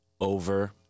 over